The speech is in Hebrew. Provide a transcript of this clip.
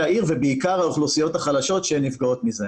העיר ובעיקר על האוכלוסיות החלשות שנפגעות מזה.